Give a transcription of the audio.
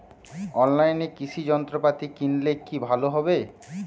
অনলাইনে কৃষি যন্ত্রপাতি কিনলে কি ভালো হবে?